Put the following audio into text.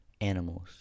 animals